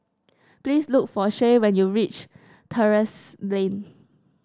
please look for Shay when you reach Terrasse Lane